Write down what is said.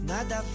Nada